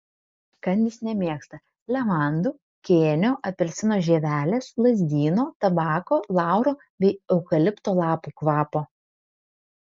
kandys nemėgsta levandų kėnio apelsino žievelės lazdyno tabako lauro bei eukalipto lapų kvapo